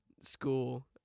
school